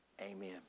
Amen